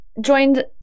joined